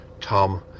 Tom